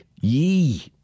Ye